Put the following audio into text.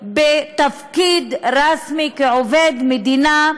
בתפקיד רשמי, כעובד מדינה,